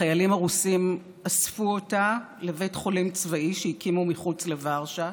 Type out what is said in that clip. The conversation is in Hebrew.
החיילים הרוסים אספו אותה לבית חולים צבאי שהקימו מחוץ לוורשה.